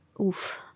Oof